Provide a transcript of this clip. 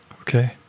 Okay